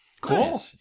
Cool